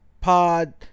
pod